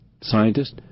scientist